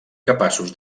capaços